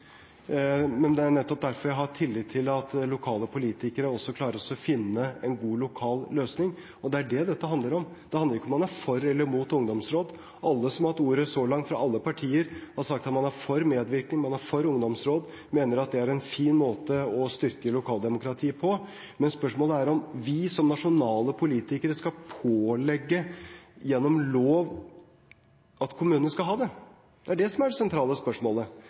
Men det er nettopp derfor jeg har tillit til at lokale politikere klarer å finne en god lokal løsning, og det er det dette handler om. Det handler ikke om man er for eller imot ungdomsråd. Alle som har hatt ordet så langt, fra alle partier, har sagt at man er for medvirkning, at man er for ungdomsråd og mener at det er en fin måte å styrke lokaldemokratiet på. Men spørsmålet er om vi som nasjonale politikere skal pålegge gjennom lov at kommunene skal ha det. Det er det som er det sentrale spørsmålet.